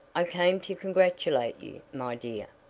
i came to congratulate you, my dear,